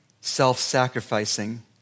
self-sacrificing